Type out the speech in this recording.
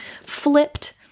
flipped